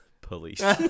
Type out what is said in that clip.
police